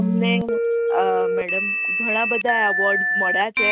અમને મેડમ ઘણાં બધાં એવોર્ડ મળ્યાં છે